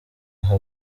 aho